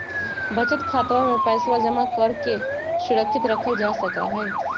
बचत खातवा में पैसवा जमा करके सुरक्षित रखल जा सका हई